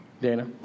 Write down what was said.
Dana